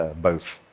both